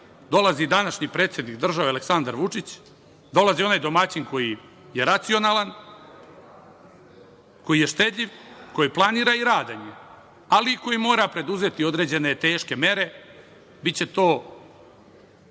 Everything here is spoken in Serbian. dolazi današnji predsednik države Aleksandar Vučić, dolazi onaj domaćin koji je racionalan, koji je štedljiv, koji planira i radan je, ali koji mora preduzeti određene teške mere, biće to